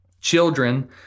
Children